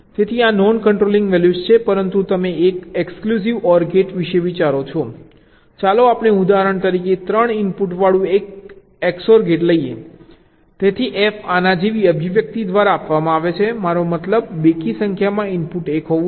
તેથી આ non controlling values છે પરંતુ તમે એક એક્સક્લુસિવ OR ગેટ વિશે વિચારો છો ચાલો આપણે ઉદાહરણ તરીકે 3 ઇનપુટ વાળુ 1 XOR ગેટ લઈએ તેથી f આના જેવી અભિવ્યક્તિ દ્વારા આપવામાં આવે છે મારો મતલબ બેકી સંખ્યામાં ઇનપુટ 1 હોવું જોઈએ